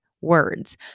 words